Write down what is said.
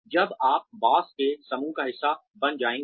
जब आप बॉस के समूह का एक हिस्सा बन जाएंगे